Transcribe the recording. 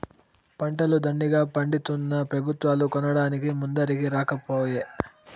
పంటలు దండిగా పండితున్నా పెబుత్వాలు కొనడానికి ముందరికి రాకపోయే